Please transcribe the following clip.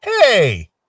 hey